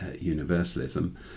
universalism